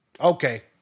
Okay